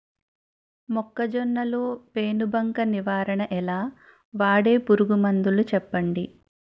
మొక్కజొన్న లో పెను బంక నివారణ ఎలా? వాడే పురుగు మందులు చెప్పండి?